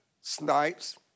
Snipes